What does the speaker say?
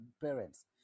parents